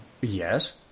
Yes